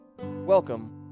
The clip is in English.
welcome